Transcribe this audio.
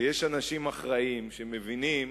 יש אנשים אחראיים, שמבינים